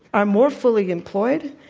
are more fully employed,